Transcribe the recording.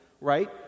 right